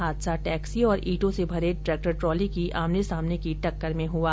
हादसा टैक्सी और ईंटों से भरे ट्रैक्ट्र ट्रॉली की आमने सामने की टक्कर से हुआ